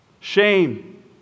Shame